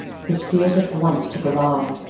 his fears at once took alarm.